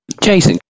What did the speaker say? Jason